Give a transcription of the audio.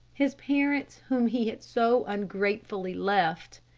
his parents whom he had so ungratefully left.